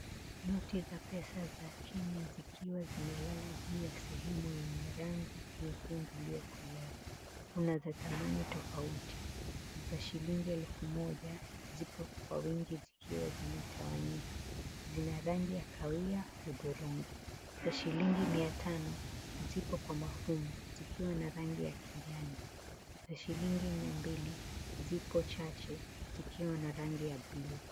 Noti za pesa za Kenya zikiwa zimelala juu ya sehemu yenye rangi nyekundu iliyokolea, kuna za thamani tofauti. Za shilingi elfu moja zipo kwa wingi zikiwa zimetawanyika, zina rangi ya kawia udhurungi. Za shilingi mia tano zipo kwa mafungu zikiwa na rangi ya kijani. Za shilingi mia mbili zipo chache zikiwa na rangi ya bluu.